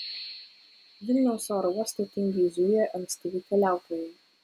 vilniaus oro uoste tingiai zuja ankstyvi keliautojai